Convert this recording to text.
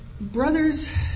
brothers